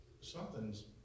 something's